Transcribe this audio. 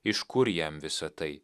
iš kur jam visa tai